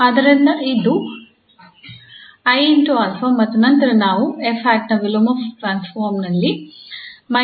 ಆದ್ದರಿಂದ ಇಲ್ಲಿ ಅದು 𝑖𝛼 ಮತ್ತು ನಂತರ ನಾವು ಈ 𝑓̂ ನ ವಿಲೋಮ ಟ್ರಾನ್ಸ್ಫಾರ್ಮ್ ನಲ್ಲಿ −𝑖𝛼 ಅನ್ನು ಹೊಂದಿದ್ದೇವೆ